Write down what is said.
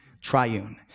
triune